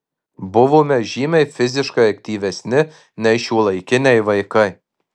buvome žymiai fiziškai aktyvesni nei šiuolaikiniai vaikai